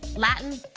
latin,